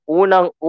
unang